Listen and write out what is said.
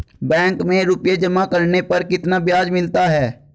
Bank में रुपये जमा करने पर कितना ब्याज मिलता है?